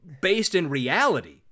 based-in-reality